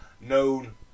known